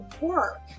work